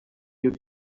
you